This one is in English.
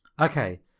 Okay